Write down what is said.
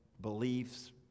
beliefs